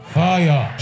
fire